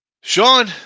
Sean